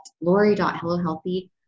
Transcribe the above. laurie.hellohealthy